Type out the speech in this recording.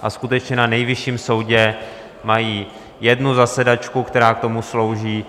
A skutečně na Nejvyšším soudě mají jednu zasedačku, která k tomu slouží.